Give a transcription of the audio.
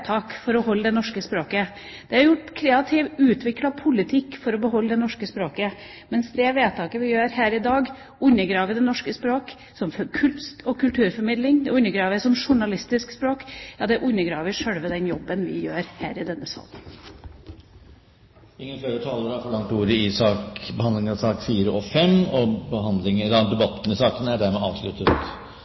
for å beholde det norske språket. Det ble utviklet en kreativ politikk for å beholde det norske språket, mens det vedtaket vi gjør her i dag, undergraver det norske språk som kunst- og kulturformidler. Det undergraver det som journalistisk språk. Ja, det undergraver sjølve den jobben vi gjør her i denne sal. Flere talere har ikke forlangt ordet